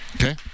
Okay